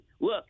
Look